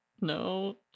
No